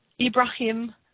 Ibrahim